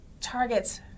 targets